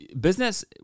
business